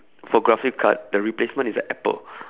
for graphic card the replacement is an apple